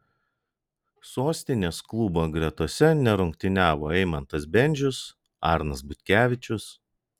sostinės klubo gretose nerungtyniavo eimantas bendžius arnas butkevičius